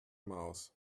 mouth